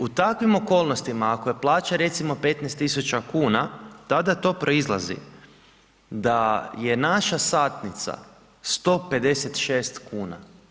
U takvim okolnostima, ako je plaća recimo 15000 kn, tada to proizlazi, da je naša satnica 156 kn.